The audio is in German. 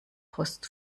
post